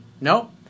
Nope